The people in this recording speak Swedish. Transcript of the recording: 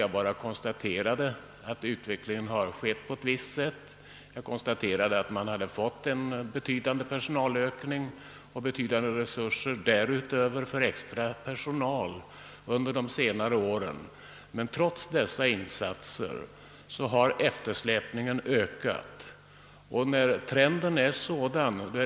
Jag konstaterade bara att verket hade fått en betydande personalökning och betydande resurser för anställande av extra personal under senare år men att eftersläpningen har ökat trots dessa insatser.